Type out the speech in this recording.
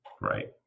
Right